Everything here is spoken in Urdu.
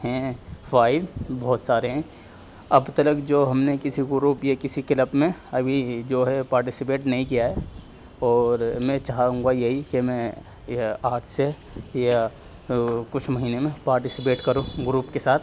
ہیں فوائد بہت ساریں اب تلک جو ہم نے كسی کو گروپ یا کسی كلب میں ابھی جو ہے پاٹیسپیٹ نہیں کیا ہے اور میں چاہوں گا یہی کہ میں یہ آج سے یا کچھ مہینے میں پاٹیسپیٹ کروں گروپ کے ساتھ